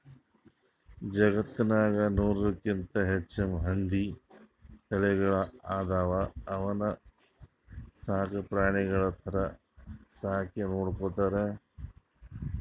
ಜಗತ್ತ್ನಾಗ್ ನೂರಕ್ಕಿಂತ್ ಹೆಚ್ಚ್ ಹಂದಿ ತಳಿಗಳ್ ಅದಾವ ಅವನ್ನ ಸಾಕ್ ಪ್ರಾಣಿಗಳ್ ಥರಾ ಸಾಕಿ ನೋಡ್ಕೊತಾರ್